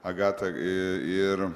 agata ir